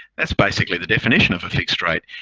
that's basically the definition of a fixed rate.